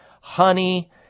honey